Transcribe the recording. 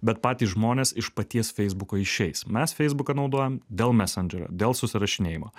bet patys žmonės iš paties feisbuko išeis mes feisbuką naudojam dėl mesendžerio dėl susirašinėjimo